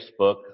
Facebook